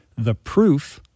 theproof